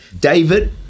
David